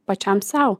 pačiam sau